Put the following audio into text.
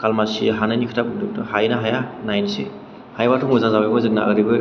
खालमासि हानायनि खोथा बुंदोंथ' हायोना हाया नायसै हायोबाथ' मोजां जाबायमोन जोंना ओरैबो